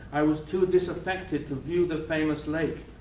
i was too disaffected to view the famous lake,